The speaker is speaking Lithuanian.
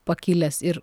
pakilęs ir